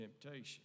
temptation